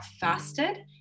fasted